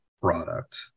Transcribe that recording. product